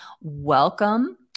welcome